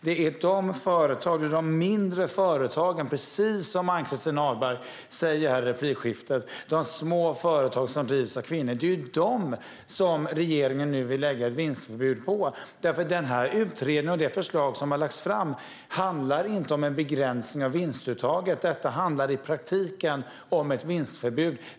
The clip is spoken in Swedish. Det är de små företagen som kvinnor driver och som Ann-Christin Ahlberg nämner i replikskiftet som regeringen nu vill lägga ett vinstförbud för. Den utredning och det förslag som har lagts fram handlar ju inte om en begränsning av vinstuttag; det handlar i praktiken om ett vinstförbud.